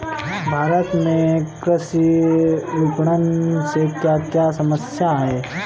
भारत में कृषि विपणन से क्या क्या समस्या हैं?